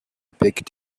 picked